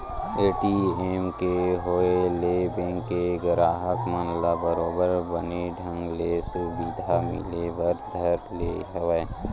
ATM के होय ले बेंक के गराहक मन ल बरोबर बने ढंग ले सुबिधा मिले बर धर ले हवय